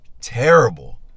terrible